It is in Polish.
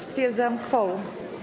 Stwierdzam kworum.